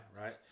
right